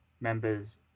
members